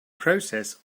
process